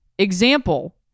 Example